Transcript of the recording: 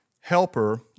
helper